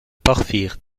porphyre